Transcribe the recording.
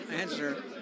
answer